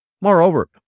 Moreover